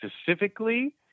specifically